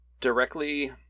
directly